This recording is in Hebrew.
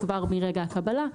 כבר מרגע הקבלה,